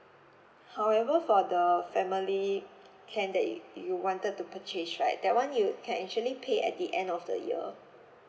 however for the family plan that you wanted to purchase right that one you can actually pay at the end of the year